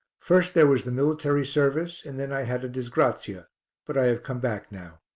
first there was the military service and then i had a disgrazia but i have come back now.